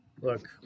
look